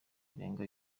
irenga